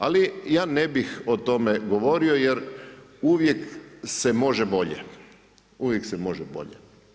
Ali ja ne bih o tome govorio jer uvijek se može bolje, uvijek se može bolje.